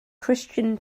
christian